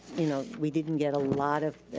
you know we didn't get a lot of,